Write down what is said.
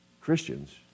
Christians